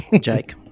Jake